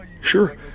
sure